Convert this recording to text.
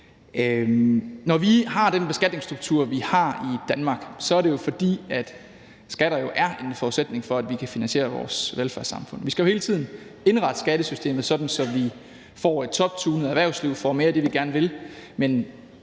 Når vi har den beskatningsstruktur, vi har i Danmark, er det jo, fordi skatter er en forudsætning for, at vi kan finansiere vores velfærdssamfund. Vi skal jo hele tiden indrette skattesystemet, sådan at vi får et toptunet erhvervsliv, får mere af det, vi gerne vil,